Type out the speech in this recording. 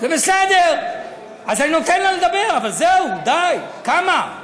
זה בסדר, אז אני נותן לה לדבר, אבל זהו, די, כמה?